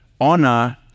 Honor